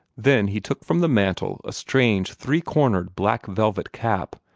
then he took from the mantel a strange three-cornered black-velvet cap,